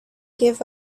give